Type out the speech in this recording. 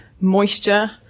moisture